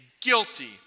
guilty